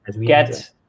Get